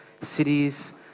cities